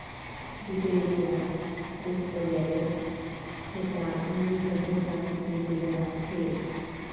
জুটের ইতিহাস দেখত গ্যালে সেটা ইন্দু সভ্যতা থিকে চলে আসছে